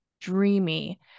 dreamy